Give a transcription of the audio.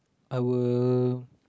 I will